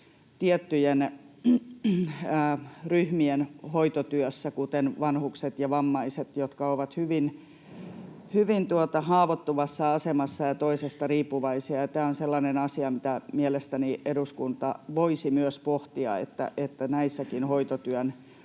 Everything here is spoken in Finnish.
tiettyjen ryhmien hoitotyössä, kuten vanhukset ja vammaiset, jotka ovat hyvin haavoittuvassa asemassa ja toisesta riippuvaisia. Tämä on sellainen asia, mitä mielestäni eduskunta voisi myös pohtia, että näissäkin hoitotyön